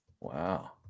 Wow